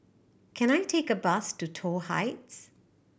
can I take a bus to Toh Heights